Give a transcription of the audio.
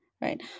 right